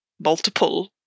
multiple